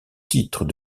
titre